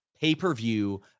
pay-per-view